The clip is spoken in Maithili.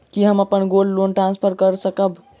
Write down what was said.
की हम अप्पन गोल्ड लोन ट्रान्सफर करऽ सकबै?